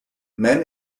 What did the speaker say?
men